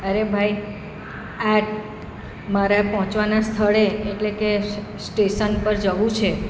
અરે ભાઈ આ મારા પહોંચવાનાં સ્થળે એટલે કે સ્ટેશન પર જવું છે